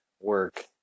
work